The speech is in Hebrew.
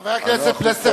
חבר הכנסת פלסנר,